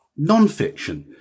nonfiction